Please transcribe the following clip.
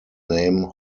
name